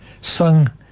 sung